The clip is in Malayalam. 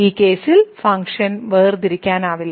ഈ കേസിൽ ഫംഗ്ഷൻ വേർതിരിക്കാനാവില്ല